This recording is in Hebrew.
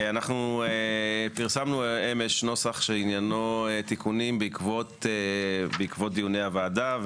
אנחנו פרסמנו אמש נוסח שענייניו תיקונים בעקבות דיוני הוועדה,